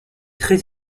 très